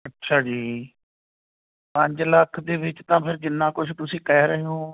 ਅੱਛਾ ਜੀ ਪੰਜ ਲੱਖ ਦੇ ਵਿੱਚ ਤਾਂ ਫਿਰ ਜਿੰਨਾ ਕੁਛ ਤੁਸੀਂ ਕਹਿ ਰਹੇ ਹੋ